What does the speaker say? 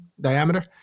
diameter